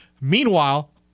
Meanwhile